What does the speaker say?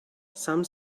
some